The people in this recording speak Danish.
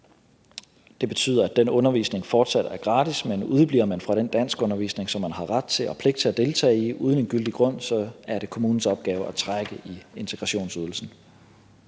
det betyder, at den undervisning fortsat er gratis, men at hvis man udebliver fra den danskundervisning, som man har ret til og pligt til at deltage i, uden en gyldig grund, så er det kommunens opgave at trække beløbet i integrationsydelsen.